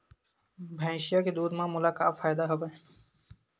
भैंसिया के दूध म मोला का फ़ायदा हवय?